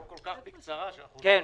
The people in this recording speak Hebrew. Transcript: לא כל כך בקצרה, שאנחנו מגיעים --- כן,